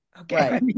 Okay